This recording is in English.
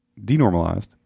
denormalized